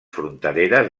frontereres